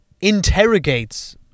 interrogates